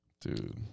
Dude